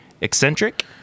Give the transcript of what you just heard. eccentric